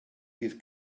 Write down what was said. bydd